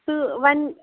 تہٕ وۄنۍ